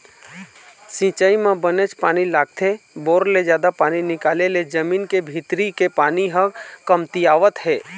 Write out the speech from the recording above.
सिंचई म बनेच पानी लागथे, बोर ले जादा पानी निकाले ले जमीन के भीतरी के पानी ह कमतियावत हे